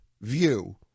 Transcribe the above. view